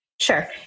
sure